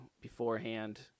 beforehand